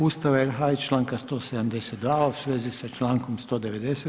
Ustava RH i članka 172. u svezi sa člankom 190.